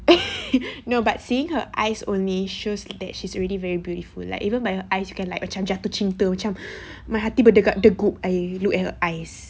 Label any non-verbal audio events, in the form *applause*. *laughs* no but seeing her eyes only shows that she's already very beautiful like even by her eyes you can like macam jatuh cinta macam my hati berdegap-degup I look at her eyes